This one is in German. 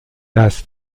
das